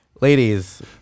Ladies